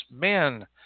Men